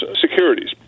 securities